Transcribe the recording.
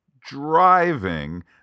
driving